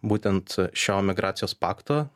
būtent šio migracijos pakto